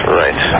right